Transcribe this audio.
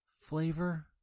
flavor